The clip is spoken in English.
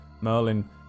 Merlin